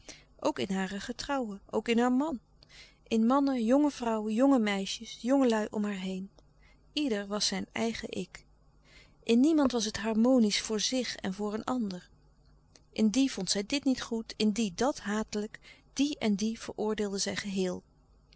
ook in hare getrouwen ook in haar man in mannen jonge vrouwen jonge meisjes louis couperus de stille kracht jongelui om haar heen ieder was zijn eigen ik in niemand was het harmonisch voor zich en voor een ander in die vond zij dit niet goed in die dat hatelijk die en die veroordeelde zij geheel